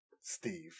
Steve